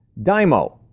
Dymo